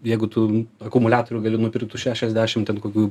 jeigu tu akumuliatorių gali nupirkti už šešiasdešimt ten kokių